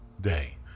day